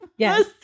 Yes